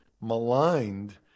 maligned